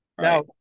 Now